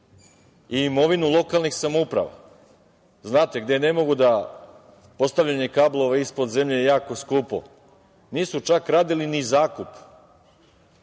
i imovinu lokalnih samouprava, znate gde ne mogu da postavljanje kablova ispod zemlje je jako skupo, nisu čak ni radili ni zakup,